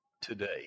today